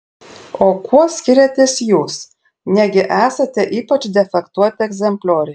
o kuo skiriatės jūs negi esate ypač defektuoti egzemplioriai